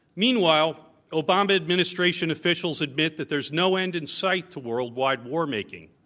meanwhile, obama administration officials ad mit that there's no end in sight to worldwide war making.